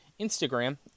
Instagram